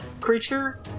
creature